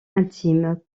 intimes